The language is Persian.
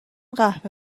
قهوه